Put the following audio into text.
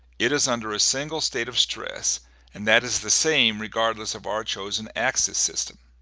it is under a single state of stress and that is the same regardless of our chosen axis system.